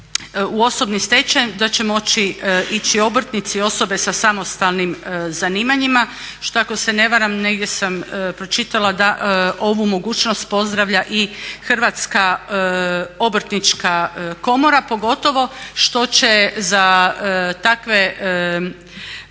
u osobni stečaj moći ići obrtnici, osobe sa samostalnim zanimanjima što je ako se ne varam, negdje sam pročitala da ovu mogućnost pozdravlja i Hrvatska obrtnička komora, pogotovo što će za takve